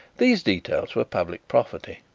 these details were public property.